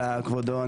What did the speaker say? כבודו.